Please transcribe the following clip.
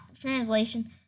translation